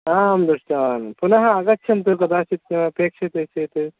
आं दृष्टवान् पुनः आगच्छन्तु कदाचित् अपेक्षते चेत्